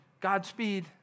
Godspeed